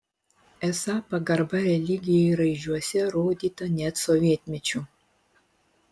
esą pagarba religijai raižiuose rodyta net sovietmečiu